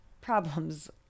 Problems